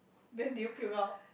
then did you puke out